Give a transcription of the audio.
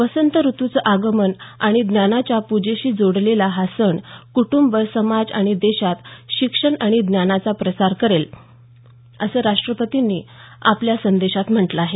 वसंत ऋतूचं आगमन आणि ज्ञानाच्या पूजेशी जोडलेला हा सण कुटंब समाज आणि देशात शिक्षण आणि ज्ञानाचा प्रसार करेल असं राष्ट्रपतींनी आपल्या संदेशात म्हटलं आहे